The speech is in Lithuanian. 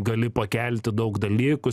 gali pakelti daug dalykų